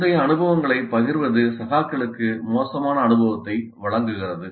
முந்தைய அனுபவங்களைப் பகிர்வது சகாக்களுக்கு மோசமான அனுபவத்தை வழங்குகிறது